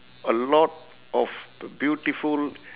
a lot of b~ beautiful